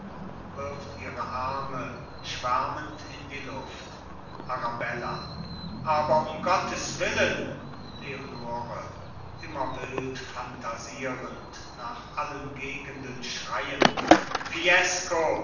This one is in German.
wirft ihre arme schwärmend in die luft arabella aber um gottes willen leonore immer wildphantasierend nach allen gegenden schreiend